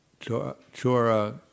Chora